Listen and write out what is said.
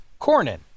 Cornyn